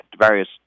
various